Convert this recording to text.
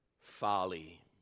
folly